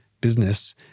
business